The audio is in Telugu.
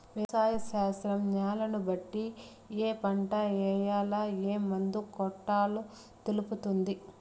వ్యవసాయ శాస్త్రం న్యాలను బట్టి ఏ పంట ఏయాల, ఏం మందు కొట్టాలో తెలుపుతుంది